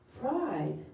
Pride